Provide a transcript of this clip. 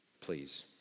please